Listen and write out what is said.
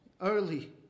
early